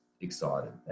excited